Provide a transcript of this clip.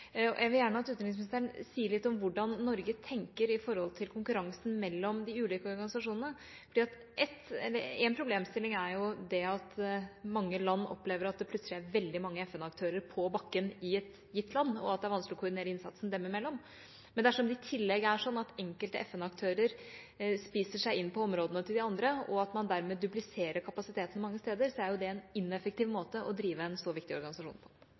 Jeg vil gjerne at utenriksministeren skal si litt om hva Norge tenker om konkurransen mellom de ulike organisasjonene. Én problemstilling er at mange land opplever at det plutselig er veldig mange FN-aktører på bakken i et gitt land, og at det er vanskelig å koordinere innsatsen dem imellom. Men dersom det i tillegg er slik at enkelte FN-aktører spiser seg inn på områdene til de andre, og at man dermed dupliserer kapasiteten mange steder, er det en ineffektiv måte å drive en så viktig organisasjon på.